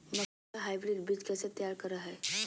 मक्का के हाइब्रिड बीज कैसे तैयार करय हैय?